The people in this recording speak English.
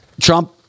Trump